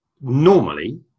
normally